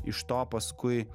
iš to paskui